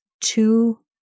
two